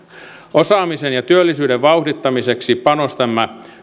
osaamisen ja työllisyyden vauhdittamiseksi panostamme